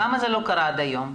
למה זה לא קרה עד היום?